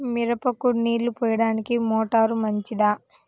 మిరపకు నీళ్ళు పోయడానికి మోటారు మంచిదా?